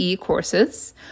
courses